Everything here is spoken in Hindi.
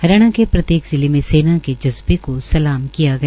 हरियाणा के प्रत्येक जिले में सेना के जज़्बे को सलाम किया गया